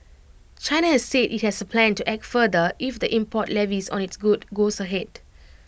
China has said IT has A plan to act further if the import levies on its goods goes ahead